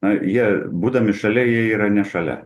na jie būdami šalia jie yra ne šalia